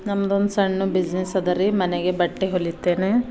ನಮ್ದೊಂದು ಸಣ್ಣ ಬಿಸ್ನೆಸ್ ಅದರಿ ಮನೆಗೆ ಬಟ್ಟೆ ಹೊಲಿತೇನೆ